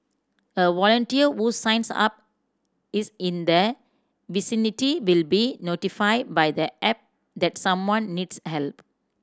a volunteer who signs up is in the vicinity will be notified by the app that someone needs help